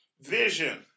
vision